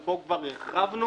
ופה כבר הרחבנו